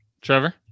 Trevor